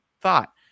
thought